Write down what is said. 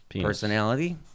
personality